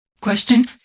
Question